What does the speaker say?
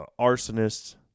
arsonists